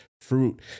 fruit